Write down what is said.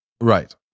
Right